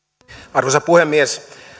arvoisa puhemies